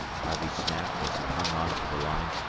harvey snapped, as he hung on to the line.